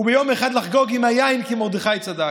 וביום אחד לחגוג עם היין כי מרדכי צדק.